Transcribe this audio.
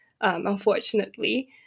unfortunately